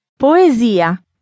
Poesia